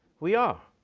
we are,